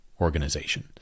organization